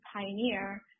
pioneer